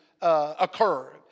occurred